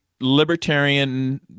libertarian